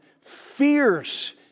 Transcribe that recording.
fierce